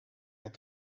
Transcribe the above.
had